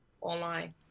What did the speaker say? online